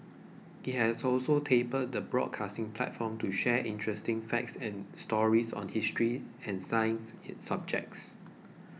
it has also tapped the broadcasting platform to share interesting facts and stories on history and science subjects